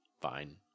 fine